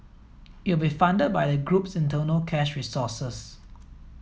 it will be funded by the group's internal cash resources